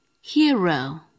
hero